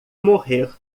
morrer